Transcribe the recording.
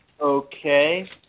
okay